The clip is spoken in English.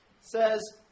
says